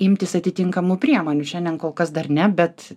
imtis atitinkamų priemonių šiandien kol kas dar ne bet